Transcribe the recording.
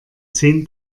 zehn